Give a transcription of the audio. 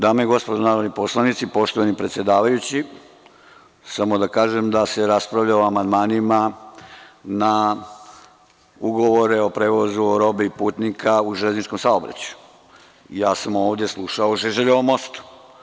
Dame i gospodo narodni poslanici, poštovani predsedavajući, samo da kažem da se raspravlja o amandmanima na ugovore o prevozu robe i putnika u železničkom saobraćaju, ja sam ovde slušao o „Žeželjevom mostu“